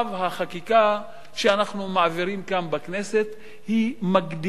החקיקה שאנחנו מעבירים כאן בכנסת מגדילה